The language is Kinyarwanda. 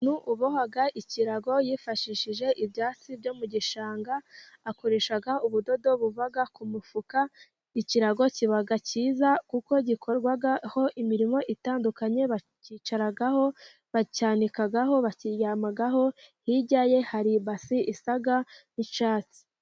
Umuntu uboha ikirago yifashishije ibyatsi byo mu gishanga. Akoresha ubudodo buva ku mufuka. Ikirago kiba cyiza kuko gikorwaho imirimo itandukanye. Bacyicaraho, bacyanikaho, bakiryamaho, hirya ye hari ibase isa n'icyatsi.